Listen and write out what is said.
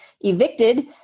evicted